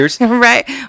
Right